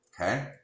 Okay